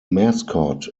mascot